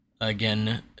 again